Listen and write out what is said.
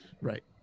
right